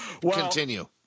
continue